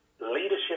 Leadership